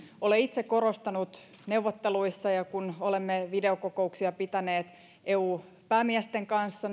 olen itse korostanut neuvotteluissa ja kun olemme videokokouksia pitäneet eu päämiesten kanssa